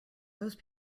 those